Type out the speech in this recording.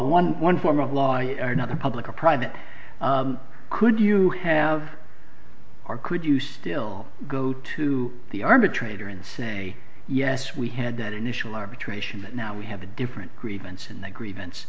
one one form of law or not the public or private could you have or could you still go to the arbitrator and say yes we had that initial arbitration but now we have a different grievance in the grievance